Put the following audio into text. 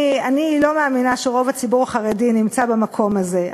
אני לא מאמינה שרוב הציבור החרדי נמצא במקום הזה.